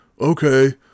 Okay